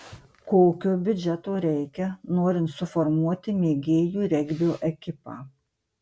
kokio biudžeto reikia norint suformuoti mėgėjų regbio ekipą